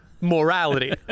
morality